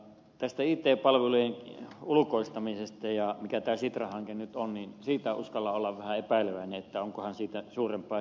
tästä it palvelujen ulkoistamisesta ja mikä tämä sitra hanke nyt on siitä uskallan olla vähän epäileväinen onkohan siitä suurempaa hyötyä